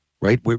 right